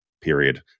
period